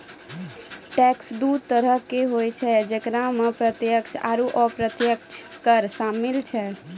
tax दु तरहो के होय छै जेकरा मे प्रत्यक्ष आरू अप्रत्यक्ष कर शामिल छै